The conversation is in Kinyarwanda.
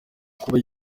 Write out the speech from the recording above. kuba